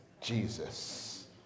Jesus